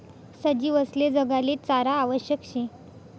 सजीवसले जगाले चारा आवश्यक शे